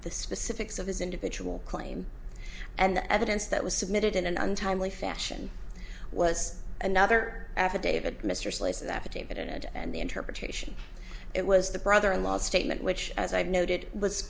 the specifics of his individual claim and the evidence that was submitted in an untimely fashion was another affidavit mr slate's affidavit and the interpretation it was the brother in law's statement which as i've noted was